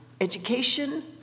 education